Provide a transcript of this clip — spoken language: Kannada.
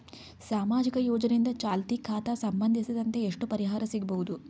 ಸಾಮಾಜಿಕ ಯೋಜನೆಯಿಂದ ಚಾಲತಿ ಖಾತಾ ಸಂಬಂಧಿಸಿದಂತೆ ಎಷ್ಟು ಪರಿಹಾರ ಸಿಗಬಹುದು?